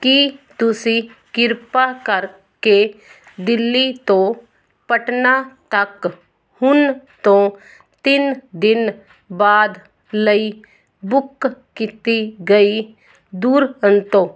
ਕੀ ਤੁਸੀਂ ਕਿਰਪਾ ਕਰਕੇ ਦਿੱਲੀ ਤੋਂ ਪਟਨਾ ਤੱਕ ਹੁਣ ਤੋਂ ਤਿੰਨ ਦਿਨ ਬਾਅਦ ਲਈ ਬੁੱਕ ਕੀਤੀ ਗਈ ਦੁਰੰਤੋ